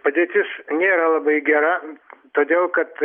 padėtis nėra labai gera todėl kad